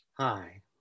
Hi